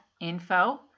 info